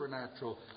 supernatural